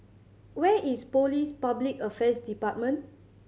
where is Police Public Affairs Department